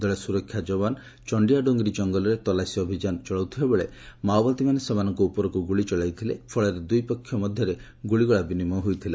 ଦଳେ ସ୍ତରକ୍ଷା ଯବାନ୍ ଚଣ୍ଡିଆ ଡୋଙ୍ଗରୀ ଜଙ୍ଗଲରେ ତଲାସୀ ଅଭିଯାନ ଚଳାଇଥିବା ବେଳେ ମାସବାଦୀମାନେ ସେମାନଙ୍କ ଉପରକୁ ଗୁଳି ଚଳାଇଥିଲେ ଫଳରେ ଦୁଇ ପକ୍ଷିୟ ମଧ୍ୟରେ ଗ୍ରଳିଗୋଳା ବିନିମୟ ହୋଇଥିଲା